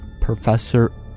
Professor